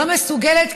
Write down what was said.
לא מסוגלת,